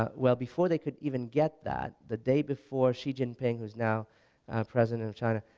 ah well before they could even get that the day before xi jinping was now president of china,